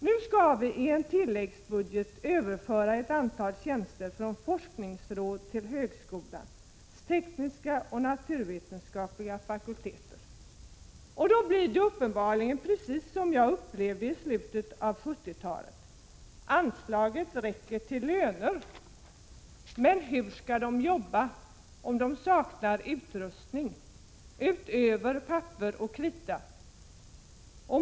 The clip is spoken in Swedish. Nu skall vi i en tilläggsbudget överföra ett antal tjänster från forskningsråd till högskolans tekniska och naturvetenskapliga fakulteter. Då blir det precis som jag upplevde i slutet av 1970-talet: anslaget räcker bara till löner. Men hur skall man kunna arbeta om man saknar utrustning utöver papper och krita?